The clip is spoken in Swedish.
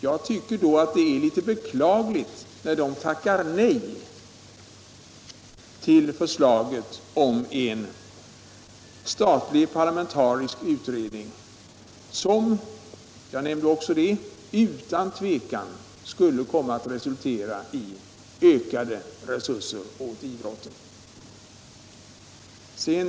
Jag tycker då att det är beklagligt att de tackar nej till förslaget om en statlig parlamentarisk utredning, som — vilket jag också nämnde — utan tvivel skulle komma att resultera i ökade resurser åt idrotten.